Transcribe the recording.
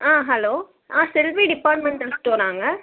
ஆ hello ஆ Selvi departmental ஸ்டோராங்க